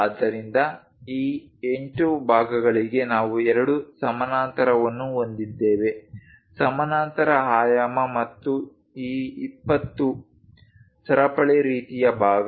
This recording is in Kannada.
ಆದ್ದರಿಂದ ಈ 8 ಭಾಗಗಳಿಗೆ ನಾವು ಎರಡೂ ಸಮಾನಾಂತರವನ್ನು ಹೊಂದಿದ್ದೇವೆ ಸಮಾನಾಂತರ ಆಯಾಮ ಮತ್ತು ಈ 20 ಸರಪಳಿ ರೀತಿಯ ಭಾಗ